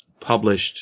published